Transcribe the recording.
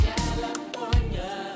California